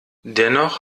dennoch